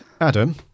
Adam